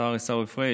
השר עיסאווי פריג',